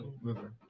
River